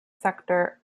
sector